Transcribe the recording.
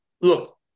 Look